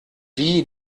wie